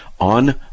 on